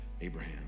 Abraham